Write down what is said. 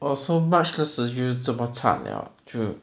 orh so march 个时候就那么惨了啊就